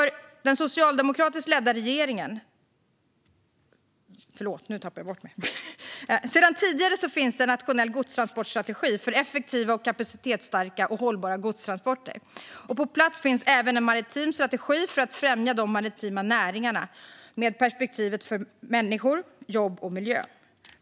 Sedan tidigare finns det en nationell godstransportstrategi för effektiva, kapacitetsstarka och hållbara godstransporter. På plats finns även en maritim strategi för att främja de maritima näringarna med perspektivet för människor, jobb och miljö.